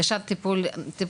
ומה עם הנגשת טיפול נמרץ?